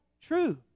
true